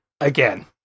again